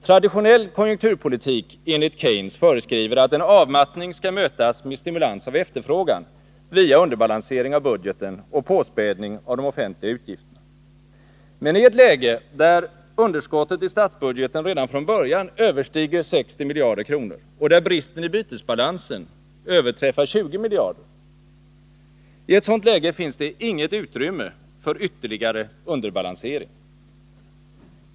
Traditionell konjunkturpolitik enligt Keynes föreskriver att en avmattning skall mötas med stimulans av efterfrågan via underbalansering av budgeten och påspädning av de offentliga utgifterna. Men i ett läge, där underskottet i statsbudgeten redan från början överstiger 60 miljarder kronor och där bristen i bytesbalansen överträffar 20 miljarder kronor, finns det inte utrymme för ytterligare underbalansering.